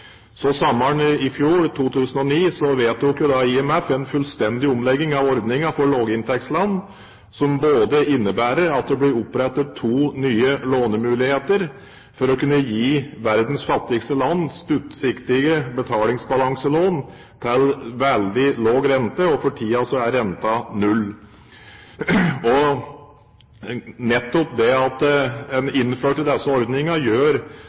2009 vedtok IMF en fullstendig omlegging av ordningen for lavinntektsland, som innebærer at det blir opprettet to nye lånemuligheter for å kunne gi verdens fattigste land kortsiktige betalingsbalanselån til veldig lav rente. For tiden er renten null. Nettopp det at en innførte disse ordningene, gjør